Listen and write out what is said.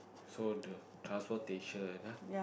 so the transportation ah